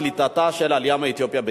בקליטתה של העלייה מאתיופיה בישראל.